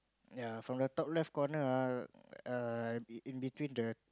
yea from the top left corner ah err in between the